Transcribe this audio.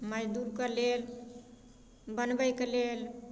मैदुके लेल बनबैके लेल